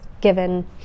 given